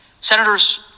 Senators